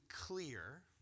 clear